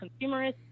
consumerist